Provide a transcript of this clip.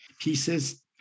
pieces